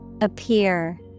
Appear